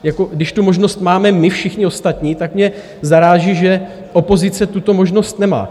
Jako když tu možnost máme my všichni ostatní, tak mě zaráží, že opozice tuto možnost nemá.